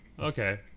okay